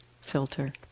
filter